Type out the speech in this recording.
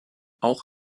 auch